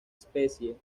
especie